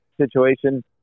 situation –